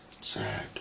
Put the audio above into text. sad